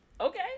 Okay